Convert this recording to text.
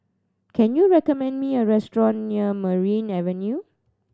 can you recommend me a restaurant near Merryn Avenue